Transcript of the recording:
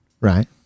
right